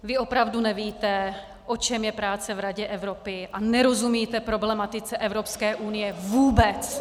Vy opravdu nevíte, o čem je práce v Radě Evropy, a nerozumíte problematice Evropské unie vůbec!